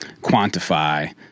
quantify